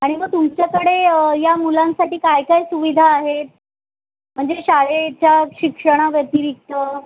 आणि मग तुमच्याकडे या मुलांसाठी काय काय सुविधा आहेत म्हणजे शाळेच्या शिक्षणा व्यतिरिक्त